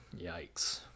Yikes